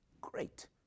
Great